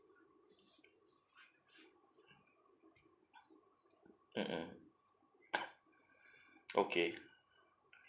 mm mm okay